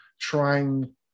trying